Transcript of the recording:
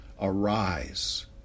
Arise